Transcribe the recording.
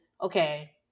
okay